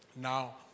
Now